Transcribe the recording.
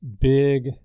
big